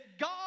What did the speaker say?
God